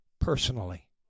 personally